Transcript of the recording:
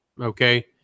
Okay